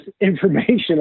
information